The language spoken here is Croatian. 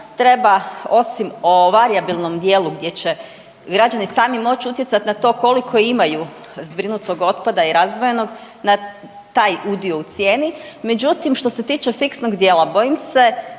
treba, osim o varijabilnom dijelu gdje će građani sami moći utjecati na to koliko imaju zbrinutog otpada i razdvojenog, na taj udio u cijeni, međutim što se tiče fiksnog dijela, bojim se,